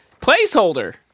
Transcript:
Placeholder